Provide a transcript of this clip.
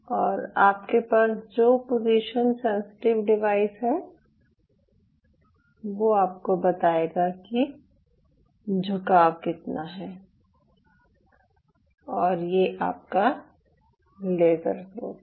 और आपके पास जो पोजीशन सेंसिटिव डिवाइस है वो आपको बताएगा कि झुकाव कितना है और ये आपका लेजर स्रोत है